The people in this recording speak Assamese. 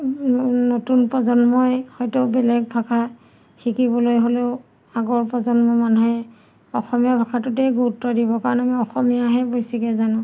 নতুন প্ৰজন্মই হয়টো বেলেগ ভাষা শিকিবলৈ হ'লেও আগৰ প্ৰজন্ম মানুহে অসমীয়া ভাষাটোতেই গুৰুত্ব দিব কাৰণ আমি অসমীয়াহে বেছিকৈ জানো